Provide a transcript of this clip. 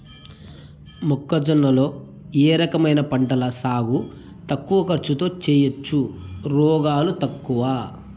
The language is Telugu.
మొక్కజొన్న లో ఏ రకమైన పంటల సాగు తక్కువ ఖర్చుతో చేయచ్చు, రోగాలు తక్కువ?